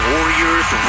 Warriors